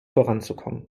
voranzukommen